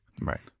Right